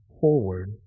forward